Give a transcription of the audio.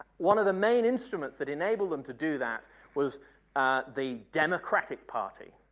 one of the main instruments that enabled them to do that was the democratic party.